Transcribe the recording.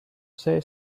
say